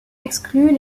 exclues